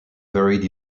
buried